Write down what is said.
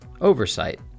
oversight